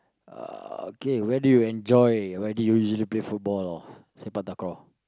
uh okay where do you enjoy where do you usually play football or sepak-takraw